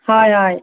হয় হয়